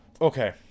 Okay